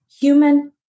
human